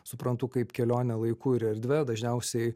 suprantu kaip kelionę laiku ir erdve dažniausiai